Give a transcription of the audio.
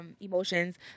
emotions